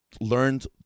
learned